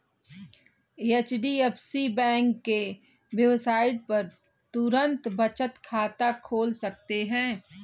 HDFC bank के website पर तुरंत बचत खाता खोल सकते है